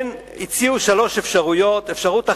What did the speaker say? הציעו שלוש אפשרויות: אפשרות אחת,